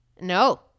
no